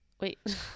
Wait